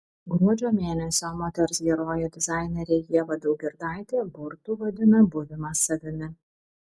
gruodžio mėnesio moters herojė dizainerė ieva daugirdaitė burtu vadina buvimą savimi